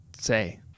say